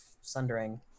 Sundering